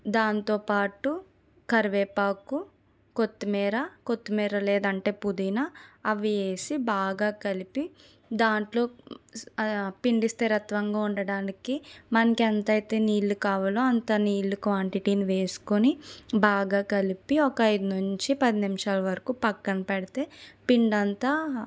దాంతో పాటు కరివేపాకు కొత్తిమీర కొత్తిమీర లేదంటే పుదీనా అవి వేసి బాగా కలిపి దాంట్లో పిండి స్థిరత్వంగా ఉండడానికి మనకెంత అయితే నీళ్ళు కావాలో అంత నీళ్ళు క్వాంటిటీని వేసుకుని బాగా కలిపి ఒక ఐదు నుంచి పది నిమిషాల వరకు పక్కన పెడతే పిండంతా